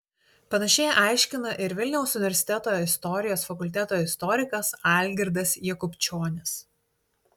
panašiai aiškina ir vilniaus universiteto istorijos fakulteto istorikas algirdas jakubčionis